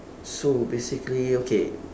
so basically okay